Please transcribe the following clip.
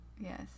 yes